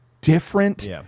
different